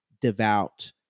devout